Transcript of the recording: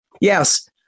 yes